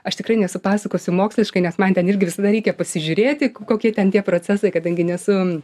aš tikrai nesupasakosiu moksliškai nes man ten irgi visada reikia pasižiūrėti kokie ten tie procesai kadangi nesu